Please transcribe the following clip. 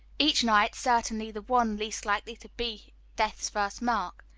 each night, certainly the one least likely to be death's first mark.